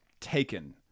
Taken